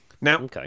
Now